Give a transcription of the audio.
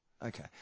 Okay